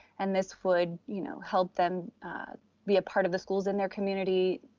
and this would, you know, help them be a part of the schools in their community,